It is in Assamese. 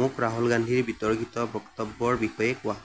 মোক ৰাহুল গান্ধীৰ বিতৰ্কিত বক্তব্যৰ বিষয়ে কোৱা